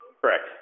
Correct